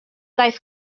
daeth